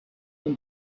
them